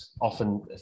often